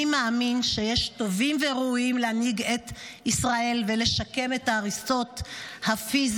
אני מאמין שיש טובים וראויים להנהיג את ישראל ולשקם את ההריסות הפיזיות,